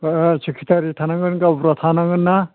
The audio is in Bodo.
सेक्रेथारि थानांगोन गावबुरा थानांगोन ना